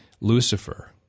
Lucifer